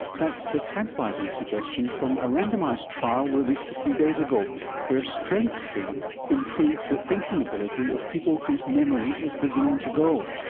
that's the tantalising suggestion from a randomised trial released a few days ago where strength training improved the thinking ability of people whose memory was beginning to go.